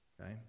okay